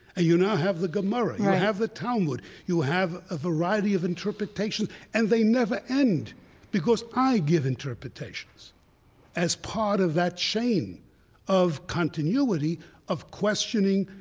you now have the gemara, you have the talmud. you have a variety of interpretation. and they never end because i give interpretations as part of that chain of continuity of questioning,